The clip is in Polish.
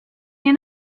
nie